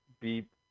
Beep